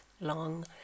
long